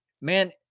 man